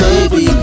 baby